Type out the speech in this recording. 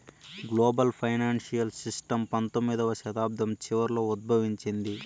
global financial system పంతొమ్మిదవ శతాబ్దం చివరలో ఉద్భవించింది